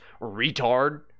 retard